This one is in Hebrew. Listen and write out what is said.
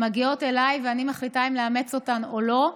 מגיעות אליי, ואני מחליטה אם לאמץ אותן או לא.